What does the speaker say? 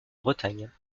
bretagne